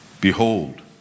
behold